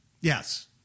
Yes